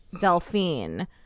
delphine